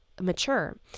mature